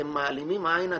אתם מעלימים עין,